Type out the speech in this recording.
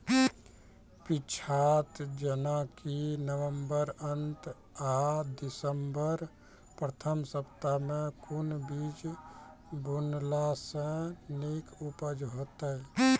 पीछात जेनाकि नवम्बर अंत आ दिसम्बर प्रथम सप्ताह मे कून बीज बुनलास नीक उपज हेते?